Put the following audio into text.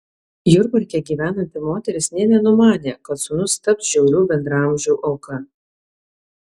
jurbarke gyvenanti moteris nė nenumanė kad sūnus taps žiaurių bendraamžių auka